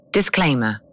Disclaimer